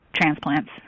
transplants